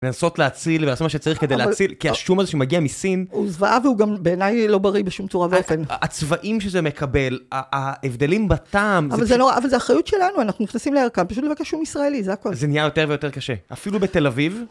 לנסות להציל ולעשות מה שצריך כדי להציל, כי השום הזה שמגיע מסין... הוא זוועה והוא גם בעיניי לא בריא בשום צורה ואופן. הצבעים שזה מקבל, ההבדלים בטעם... אבל זה לא, זה אחריות שלנו, אנחנו נכנסים לירקן, פשוט לבקש שום ישראלי, זה הכול. זה נהיה יותר ויותר קשה. אפילו בתל אביב...